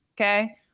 okay